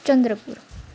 Chandrapur